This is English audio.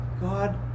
God